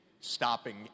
stopping